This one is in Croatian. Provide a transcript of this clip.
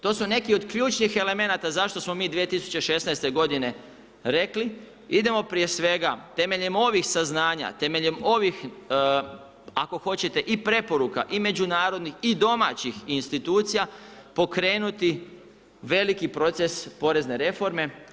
To su neki od ključnih elemenata zašto smo mi 2016. godine rekli, idemo prije svega temeljem ovih saznanja, temeljem ovih ako hoćete i preporuka i međunarodnih i domaćih institucija pokrenuti veliki proces porezne reforme.